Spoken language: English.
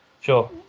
Sure